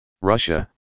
Russia